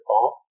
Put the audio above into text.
off